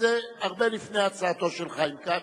הרבה לפני הצעתו של חיים כץ,